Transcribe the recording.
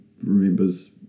Remembers